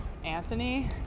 Anthony